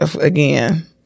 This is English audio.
again